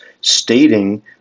stating